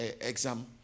exam